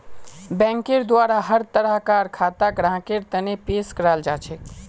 बैंकेर द्वारा हर तरह कार खाता ग्राहकेर तने पेश कराल जाछेक